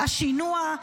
השינוע,